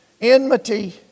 enmity